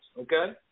okay